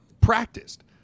Practiced